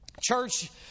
church